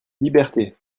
liberté